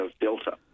Delta